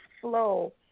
flow